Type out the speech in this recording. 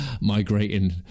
migrating